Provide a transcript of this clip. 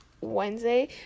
Wednesday